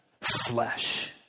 flesh